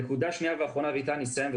נקודה שנייה ואחרונה ואיתה אני אסיים,